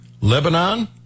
Lebanon